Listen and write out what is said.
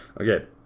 Okay